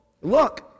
look